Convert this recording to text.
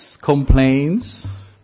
complaints